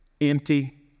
empty